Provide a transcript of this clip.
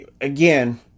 again